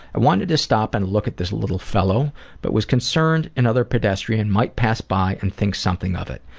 i wanted to stop and look at this little fellow but was concerned another pedestrian might pass by and think something of it.